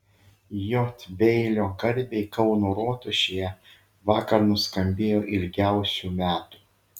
j beilio garbei kauno rotušėje vakar nuskambėjo ilgiausių metų